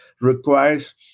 requires